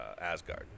asgard